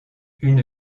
une